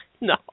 No